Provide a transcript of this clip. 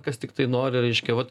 kas tiktai nori reiškia vat